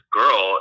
girl